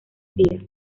días